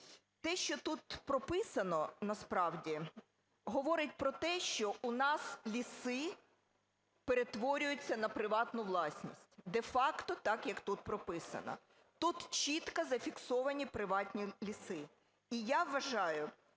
Те, що тут прописано, насправді говорить про те, що у нас ліси перетворюються на приватну власність де-факто, так, як тут прописано. Тут чітко зафіксовані приватні ліси.